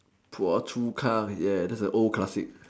Phua-Chu-Kang yes that's an old classic